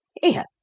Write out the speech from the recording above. Here